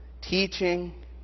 teaching